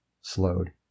slowed